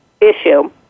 issue